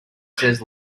says